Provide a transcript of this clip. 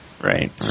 Right